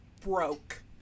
broke